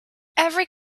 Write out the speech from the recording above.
every